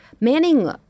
Manning